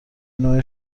نوع